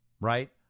Right